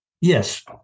Yes